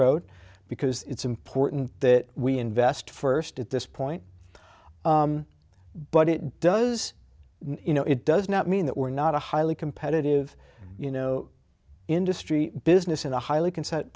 road because it's important that we invest first at this point but it does you know it does not mean that we're not a highly competitive you know industry business in a highly consent